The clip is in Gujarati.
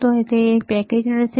તેથી તે એક પેકેજ્ડ છે